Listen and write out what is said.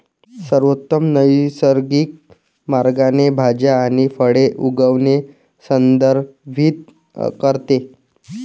सर्वोत्तम नैसर्गिक मार्गाने भाज्या आणि फळे उगवणे संदर्भित करते